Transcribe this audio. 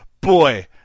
Boy